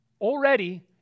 already